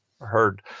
heard